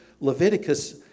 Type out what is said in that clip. Leviticus